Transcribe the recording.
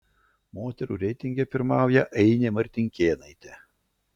moterų reitinge pirmauja ainė martinkėnaitė